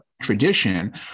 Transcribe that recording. tradition